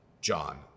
John